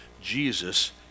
Jesus